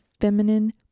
feminine